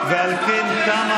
מכל האמור